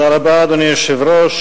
אדוני היושב-ראש,